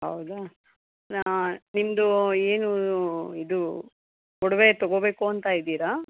ಹೌದಾ ನಿಮ್ಮದು ಏನು ಇದು ಒಡವೆ ತೊಗೊಬೇಕು ಅಂತ ಇದ್ದೀರಾ